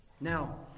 Now